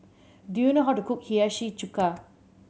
do you know how to cook Hiyashi Chuka